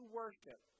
worship